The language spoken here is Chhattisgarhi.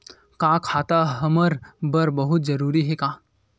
का खाता हमर बर बहुत जरूरी हे का?